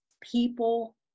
people